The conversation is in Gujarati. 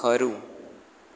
ખરું